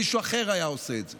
מישהו אחר היה עושה את זה.